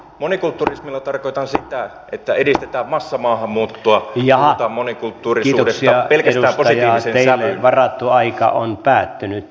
monikulturismilla tarkoitan sitä että edistetään massamaahanmuuttoa ja puhutaan monikulttuurisuudesta pelkästään positiiviseen sävyyn